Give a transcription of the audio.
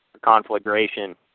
conflagration